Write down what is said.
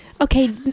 Okay